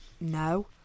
no